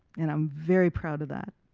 and i'm very proud of that.